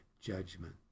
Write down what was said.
judgment